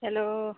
hello